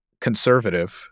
conservative